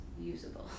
usable